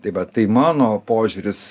tai va tai mano požiūris